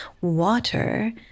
water